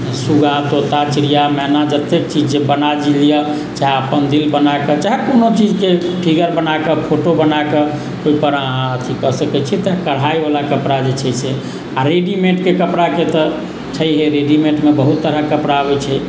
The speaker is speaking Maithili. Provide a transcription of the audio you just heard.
सूगा तोता चिड़िया मैना जतेक चीज जे बना लिअ चाहे अपन दिल बनाए कऽ चाहे कओनो चीजके फिगर बनाए कऽ फोटो बनाए कऽ ओहि पर अहाँ अथी कऽ सकैत छी तऽ कढ़ाइ वला कपड़ा जे छै से आ रेडीमेटके कपड़ाके तऽ छैहे रेडीमेटमे बहुत तरहके कपड़ा अबैत छै